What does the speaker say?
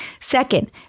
Second